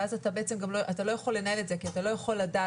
ואז אתה לא יכול לנהל את זה כי אתה לא יכול לדעת.